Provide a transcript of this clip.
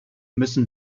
müssen